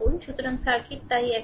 সুতরাং সার্কিট তাই এক মিনিট